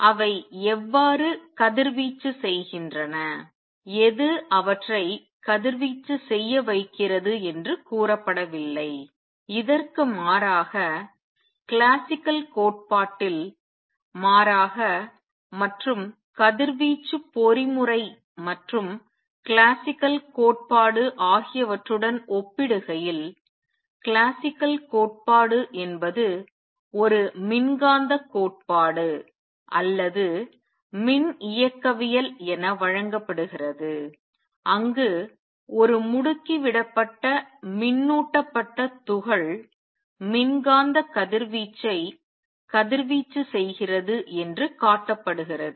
அவை எவ்வாறு கதிர்வீச்சு செய்கின்றன எது அவற்றை கதிர்வீச்சு செய்ய வைக்கிறது என்று கூறப்படவில்லை இதற்கு மாறாக கிளாசிக்கல் கோட்பாட்டில் மாறாக மற்றும் கதிர்வீச்சு பொறிமுறை மற்றும் கிளாசிக்கல் கோட்பாடு ஆகியவற்றுடன் ஒப்பிடுகையில் கிளாசிக்கல் கோட்பாடு என்பது ஒரு மின்காந்தக் கோட்பாடு அல்லது மின் இயக்கவியல் என வழங்கப்படுகிறது அங்கு ஒரு முடுக்கிவிடப்பட்ட மின்னூட்டப்பட்ட துகள் மின்காந்த கதிர்வீச்சை கதிர்வீச்சு செய்கிறது என்று காட்டப்படுகிறது